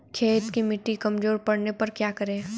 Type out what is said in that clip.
खेत की मिटी कमजोर पड़ने पर क्या करें?